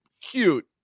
cute